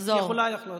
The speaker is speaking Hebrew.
את יכולה לחזור.